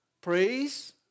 praise